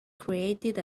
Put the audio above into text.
created